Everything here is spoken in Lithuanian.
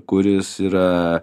kuris yra